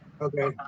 Okay